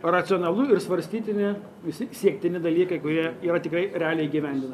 racionalu ir svarstytini visi siektini dalykai kurie yra tikrai realiai įgyvendina